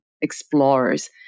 explorers